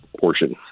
portion